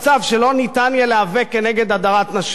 שלא יהיה אפשר להיאבק נגד הדרת נשים.